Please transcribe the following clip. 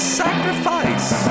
sacrifice